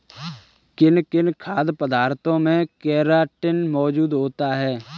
किन किन खाद्य पदार्थों में केराटिन मोजूद होता है?